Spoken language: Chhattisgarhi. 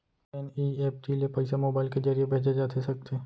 एन.ई.एफ.टी ले पइसा मोबाइल के ज़रिए भेजे जाथे सकथे?